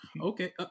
Okay